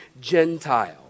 Gentile